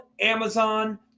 Amazon